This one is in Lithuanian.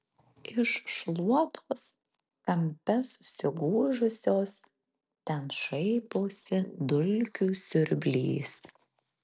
iš šluotos kampe susigūžusios ten šaiposi dulkių siurblys